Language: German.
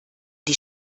die